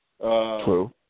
True